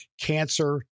cancer